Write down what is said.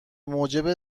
موجب